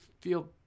feel